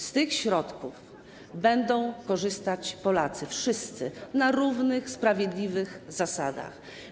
Z tych środków będą korzystać wszyscy Polacy na równych sprawiedliwych zasadach.